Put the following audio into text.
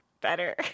better